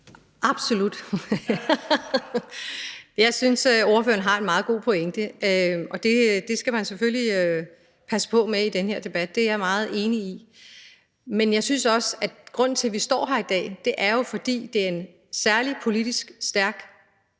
Absolut! Jeg synes, ordføreren har en meget god pointe, altså at det skal man passe på med i den her debat – det er jeg meget enig i. Men jeg synes også, at grunden til, at vi står her i dag, er, at det er en særlig politisk stærk